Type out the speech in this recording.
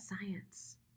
science